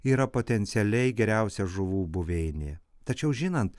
yra potencialiai geriausia žuvų buveinė tačiau žinant